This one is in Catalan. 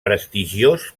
prestigiós